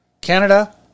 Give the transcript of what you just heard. canada